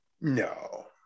no